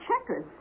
checkers